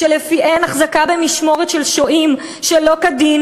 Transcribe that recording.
שלפיהן החזקה במשמורת של שוהים שלא כדין